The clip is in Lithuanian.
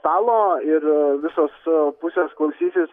stalo ir visos pusės klausysis